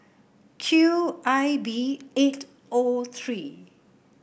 Q I B eight O three